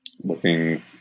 looking